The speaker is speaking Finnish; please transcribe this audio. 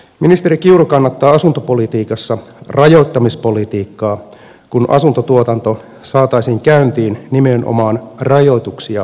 ministeri kiuru kannattaa asuntopolitiikassa rajoittamispolitiikkaa kun asuntotuotanto saataisiin käyntiin nimenomaan rajoituksia purkamalla